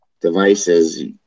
devices